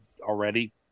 already